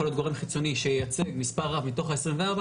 יכול להיות גורם חיצוני שייצג מספר רב מתוך 24,